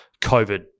COVID